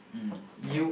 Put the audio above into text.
mm yup